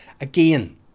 Again